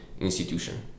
institution